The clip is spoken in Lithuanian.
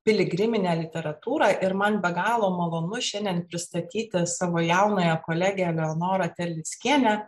piligriminę literatūrą ir man be galo malonu šiandien pristatyti savo jaunąją kolegę eleonorą terleckienę